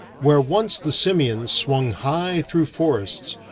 where once the simians swung high through forests,